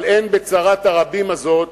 אבל אין בצרת הרבים הזאת